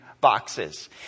boxes